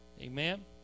Amen